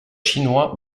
chinois